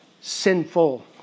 Sinful